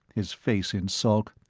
his face in sulk,